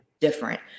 Different